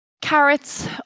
Carrots